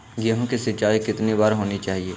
गेहु की सिंचाई कितनी बार होनी चाहिए?